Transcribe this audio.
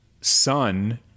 son